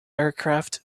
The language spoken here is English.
aircraft